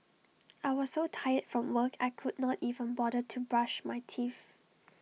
I was so tired from work I could not even bother to brush my teeth